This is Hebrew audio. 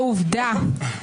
אני מכבדת אותך,